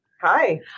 Hi